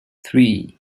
three